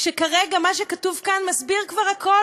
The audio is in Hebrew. כשכרגע מה שכתוב כאן מסביר כבר הכול?